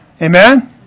Amen